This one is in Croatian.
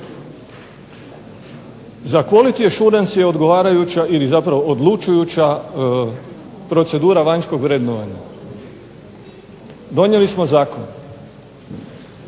Za Quality Assurance je odgovarajuća ili zapravo odlučujuća procedura vanjskog vrednovanja. Donijeli smo zakon,